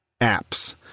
apps